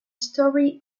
story